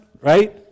right